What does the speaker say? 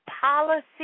policy